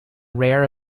rare